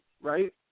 Right